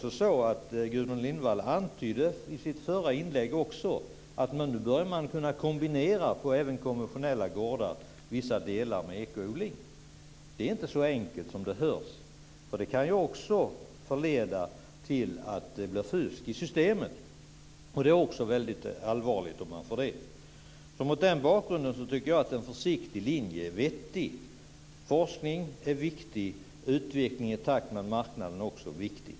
Gudrun Lindvall antydde också i sitt förra inlägg att man nu börjar kunna kombinera vissa delar med ekoodling på konventionella gårdar. Det är inte så enkelt som det låter. Det kan leda till fusk i systemet, och det är mycket allvarligt om det blir så. Mot den bakgrunden tycker jag att en försiktig linje är vettig. Forskning är viktig, liksom en utveckling i takt med marknaden.